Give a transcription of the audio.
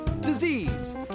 disease